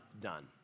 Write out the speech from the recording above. done